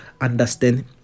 understand